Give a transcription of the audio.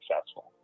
successful